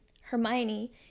hermione